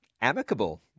amicable